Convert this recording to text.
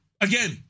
again